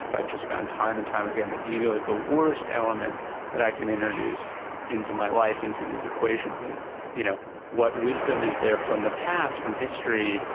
but i've just found time and time again that ego is the worst element that i can introduce into my life, into these equations. and you know what wisdom is there from the past, from history,